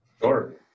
Sure